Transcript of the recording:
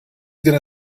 going